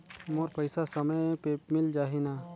मोर पइसा समय पे मिल जाही न?